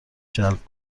جلب